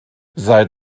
seit